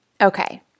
Okay